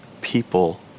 people